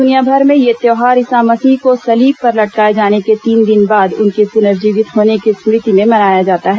दुनिया भर में यह त्योहार ईसा मसीह को सलीब पर लटकाये जाने के तीन दिन बाद उनके पुनर्जीवित होने की स्मृति में मनाया जाता है